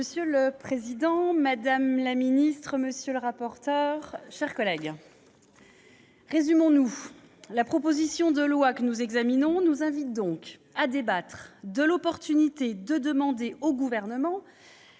Monsieur le président, madame la secrétaire d'État, chers collègues, résumons-nous : la proposition de loi que nous examinons nous invite à débattre de l'opportunité de demander au Gouvernement